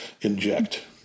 inject